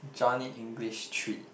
Johnny English three